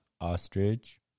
Ostrich